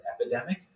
epidemic